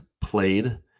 played